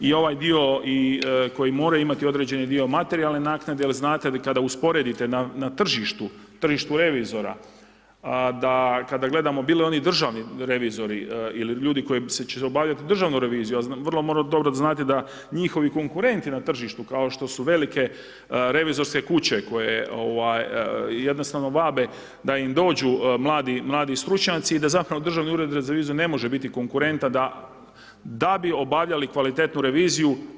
I ovaj dio koji moraju imati određeni dio materijalne naknade, jer znate, kada usporedite na tržištu, tržištu revizora, da kada gledamo, bilo oni državni revizori, ili ljudi koji će obavljati državnu reviziju, a vi vrlo dobro znate da njihovi konkurenti na tržištu, kao što su velike revizorske kuće, koje jednostavno vape da im dođu mladi stručnjaci i da zapravo Državni ured za reviziju ne može biti konkurentan da bi obavljali kvalitetnu reviziju.